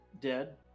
dead